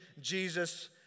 Jesus